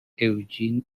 eugene